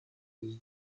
this